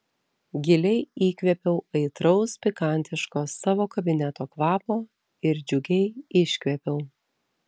giliai įkvėpiau aitraus pikantiško savo kabineto kvapo ir džiugiai iškvėpiau